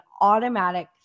automatic